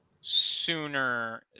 sooner